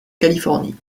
californie